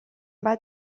vaig